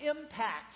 impact